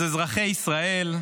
אז אזרחי ישראל,